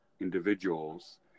individuals